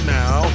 now